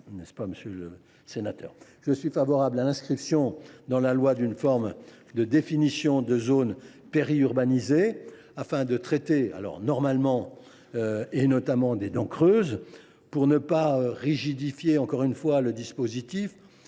je suis favorable à l’inscription dans la loi d’une forme de définition des zones périurbanisées, afin de traiter, notamment, des dents creuses. Pour ne pas rigidifier le dispositif